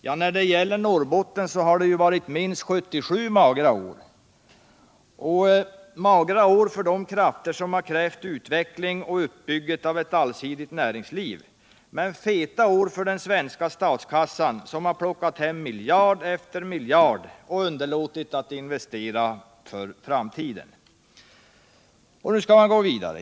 Ja, när det gäller Norrbotten har det varit minst 77 magra år — magra år för de krafter som har krävt utveckling och uppbygge av ett allsidigt näringsliv men feta år för den svenska statskassan som har plockat hem miljard efter miljard och underlåtit att investera för framtiden. Och nu skall man gå vidare.